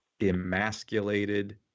emasculated